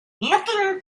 looking